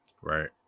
Right